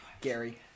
Gary